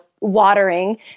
watering